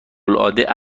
العاده